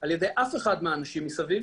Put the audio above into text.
על ידי אף אחד מהאנשים מסביב.